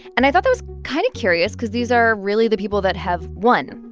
and i thought that was kind of curious because these are really the people that have won,